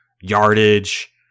yardage